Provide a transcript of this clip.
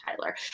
Tyler